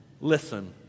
Listen